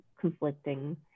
conflicting